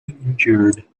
endured